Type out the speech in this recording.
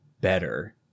better